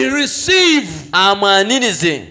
receive